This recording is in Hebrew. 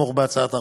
לתמוך בהצעת החוק.